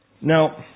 Now